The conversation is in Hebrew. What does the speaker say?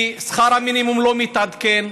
כי שכר המינימום לא מתעדכן,